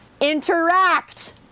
interact